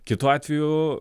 kitu atveju